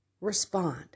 respond